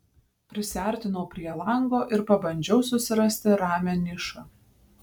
prisiartinau prie lango ir pabandžiau susirasti ramią nišą